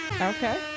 Okay